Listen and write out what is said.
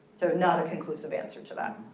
so not a conclusive answer to that.